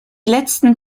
letzten